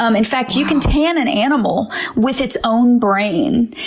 um in fact you can tan an animal with its own brain.